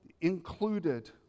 included